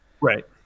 Right